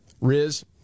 Riz